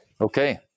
Okay